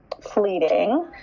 fleeting